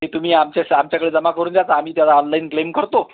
ते तुम्ही आमच्या शा आमच्याकडं जमा करून द्या तर आम्ही त्याला ऑनलाईन क्लेम करतो